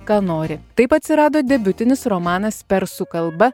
ką nori taip atsirado debiutinis romanas persų kalba